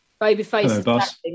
Babyface